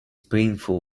painful